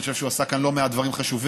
אני חושב שהוא עשה כאן לא מעט דברים חשובים,